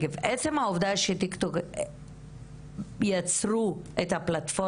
שאתם יכולים להביא לידיעתם את הקונטקסט החברתי,